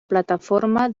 plataforma